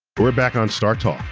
we're back on startalk,